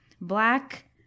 black